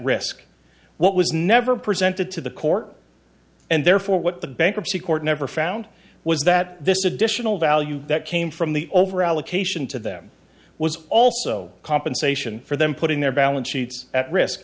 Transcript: risk what was never presented to the court and therefore what the bankruptcy court never found was that this additional value that came from the overallocation to them was also compensation for them putting their balance